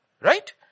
Right